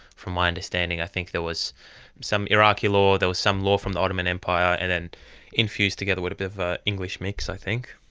from my understanding i think there was some iraqi law, there was some law from the ottoman empire, and then infused together with a bit of ah english mix i think.